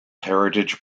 heritage